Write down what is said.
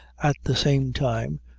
at the same time,